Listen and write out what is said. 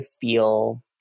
feel